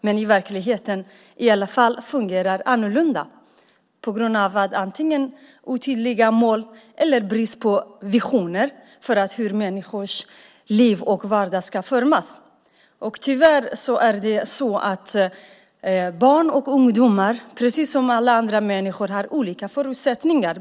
Men verkligheten fungerar annorlunda, på grund av antingen otydliga mål eller brist på visioner om hur människors liv och vardag ska formas. Tyvärr har barn och ungdomar, precis som alla andra människor, olika förutsättningar.